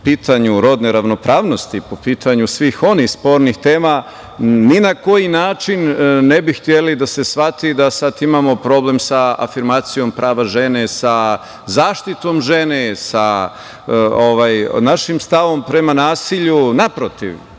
po pitanju rodne ravnopravnosti, po pitanju svih onih spornih tema, ni na koji način ne bi hteli da se shvati da imamo problem sa afirmacijom prava žene, sa zaštitom žene, sa našim stavom prema nasilju. Naprotiv,